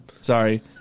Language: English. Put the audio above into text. Sorry